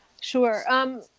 Sure